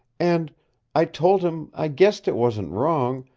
and i told him i guessed it wasn't wrong,